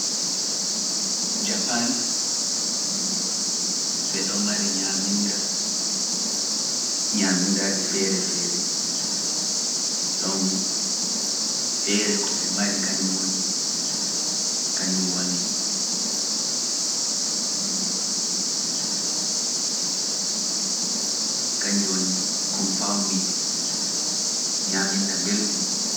Japan, ɓe ɗo mari ñaminda, ñamindaaji feere feere, ɗon feere ko ɓe mari kanjum woni konfawmit ñaminda mbelɗum.